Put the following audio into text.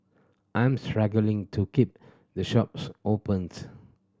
I'm struggling to keep the shops opened